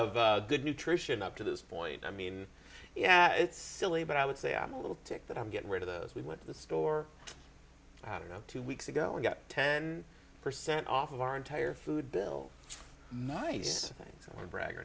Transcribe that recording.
of good nutrition up to this point i mean yeah it's silly but i would say i'm a little ticked that i'm getting rid of those we went to the store you know two weeks ago we got ten percent off of our entire food bill nice